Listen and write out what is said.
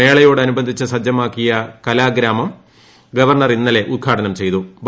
മേളയോടനുബന്ധിച്ചു സൂജ്ജമാക്കിയ കലാഗ്രാമം ഗവർണർ ഇന്നലെ ഉദ്ഘാടനം ചെയ്ത്തു്